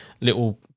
little